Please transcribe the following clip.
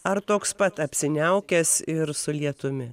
ar toks pat apsiniaukęs ir su lietumi